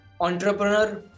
entrepreneur